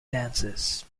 dances